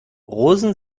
rosen